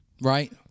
right